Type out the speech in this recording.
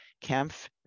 Kempf